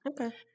Okay